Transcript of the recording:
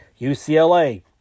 UCLA